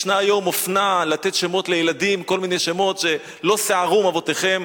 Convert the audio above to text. ישנה היום אופנה לתת כל מיני שמות לילדים ש"לא שְׂערום אבותיכם",